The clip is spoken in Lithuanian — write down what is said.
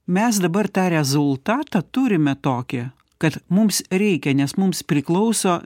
mes dabar tą rezultatą turime tokį kad mums reikia nes mums priklauso